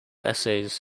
essays